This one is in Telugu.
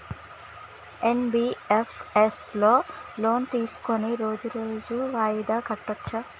ఎన్.బి.ఎఫ్.ఎస్ లో లోన్ తీస్కొని రోజు రోజు వాయిదా కట్టచ్ఛా?